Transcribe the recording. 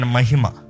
Mahima